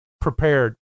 prepared